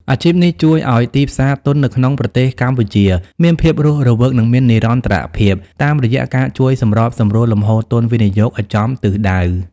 អាជីពនេះជួយឱ្យទីផ្សារទុននៅក្នុងប្រទេសកម្ពុជាមានភាពរស់រវើក និងមាននិរន្តរភាព តាមរយៈការជួយសម្របសម្រួលលំហូរទុនវិនិយោគឱ្យចំទិសដៅ។